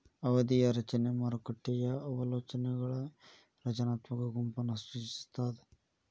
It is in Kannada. ಅವಧಿಯ ರಚನೆ ಮಾರುಕಟ್ಟೆಯ ಅವಲೋಕನಗಳ ರಚನಾತ್ಮಕ ಗುಂಪನ್ನ ಸೂಚಿಸ್ತಾದ